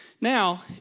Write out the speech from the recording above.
Now